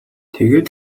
тэгээд